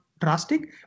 drastic